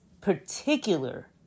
particular